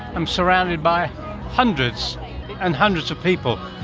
i'm surrounded by hundreds and hundreds of people,